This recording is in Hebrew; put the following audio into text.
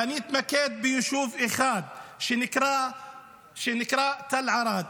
ואתמקד בישוב אחד שנקרא תל ערד.